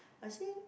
I say